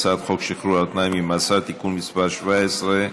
הצעת חוק שחרור על תנאי ממאסר (תיקון מס' 17)